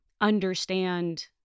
understand